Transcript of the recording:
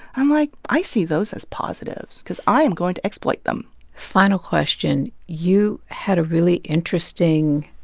i'm like, i see those as positives because i am going to exploit them final question you had a really interesting